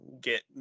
get